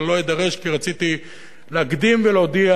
אבל לא אדרש כי רציתי להקדים ולהודיע